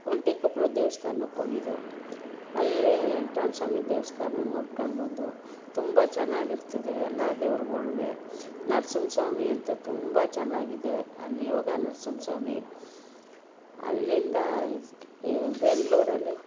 ಒಂಟಿಕೊಪ್ಪಲು ದೇವಸ್ಥಾನಕ್ಕೋಗಿದ್ದೋ ಅಲ್ಲಿ ವೆಂಕಟ್ರಮಣ್ ಸ್ವಾಮಿ ದೇವಸ್ಥಾನ ನೋಡ್ಕೊಂಡ್ಬಂದೋ ತುಂಬ ಚೆನ್ನಾಗಿರ್ತದೆ ಎಲ್ಲ ದೇವ್ರುಗಳಿಗೆ ನರ್ಸಿಂಹ ಸ್ವಾಮಿ ಅಂತೂ ತುಂಬ ಚೆನ್ನಾಗಿದೆ ಅಲ್ಲಿ ಯೋಗ ನರ್ಸಿಂಹ ಸ್ವಾಮಿ ಅಲ್ಲಿಂದ ಬೆಂಗಳೂರಲ್ಲಿ